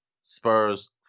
Spurs